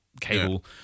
cable